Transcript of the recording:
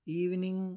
evening